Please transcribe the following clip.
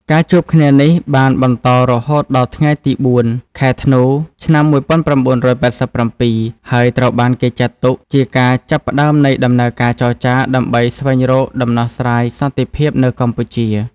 ការជួបគ្នានេះបានបន្តរហូតដល់ថ្ងៃទី ៤ ខែធ្នូ ឆ្នាំ ១៩៨៧ ហើយត្រូវបានគេចាត់ទុកជាការចាប់ផ្តើមនៃដំណើរការចរចាដើម្បីស្វែងរកដំណោះស្រាយសន្តិភាពនៅកម្ពុជា។